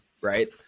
right